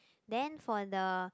then for the